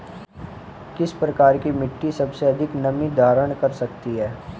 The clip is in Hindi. किस प्रकार की मिट्टी सबसे अधिक नमी धारण कर सकती है?